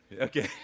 Okay